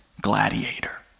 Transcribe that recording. gladiator